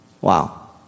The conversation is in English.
Wow